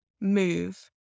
Move